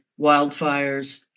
wildfires